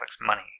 money